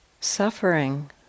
suffering